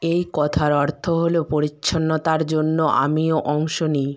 এই কথার অর্থ হল পরিচ্ছন্নতার জন্য আমিও অংশ নিই